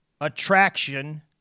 attraction